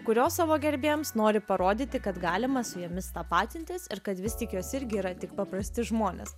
kurios savo gerbėjams nori parodyti kad galima su jomis tapatintis ir kad vis tik jos irgi yra tik paprasti žmonės